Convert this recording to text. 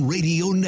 Radio